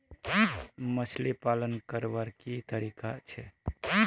मछली पालन करवार की तरीका छे?